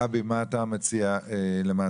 גבי, מה אתה מציע למעשה?